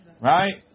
right